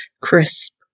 crisp